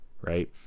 right